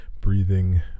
breathing